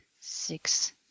six